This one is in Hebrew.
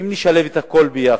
שאם נשלב את הכול ביחד,